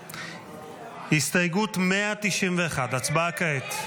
191. הסתייגות 191, הצבעה כעת.